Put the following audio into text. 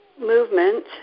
Movement